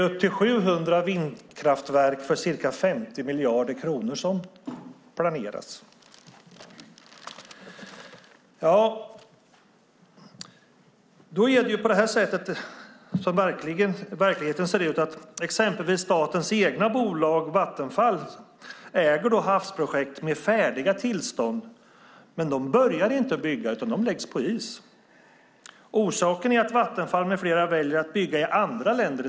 Upp till 700 vindkraftverk för ca 50 miljarder kronor planeras där. Som verkligheten ser ut: Statens egna bolag Vattenfall äger havsprojekt med färdiga tillstånd, men Vattenfall börjar inte bygga utan lägger projekten på is. Orsaken är att Vattenfall och andra väljer att i stället bygga i andra länder.